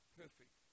perfect